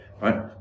right